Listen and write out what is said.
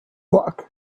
luck